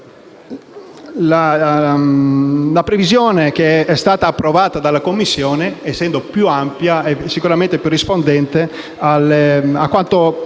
la previsione approvata dalla Commissione, essendo più ampia, è sicuramente più rispondente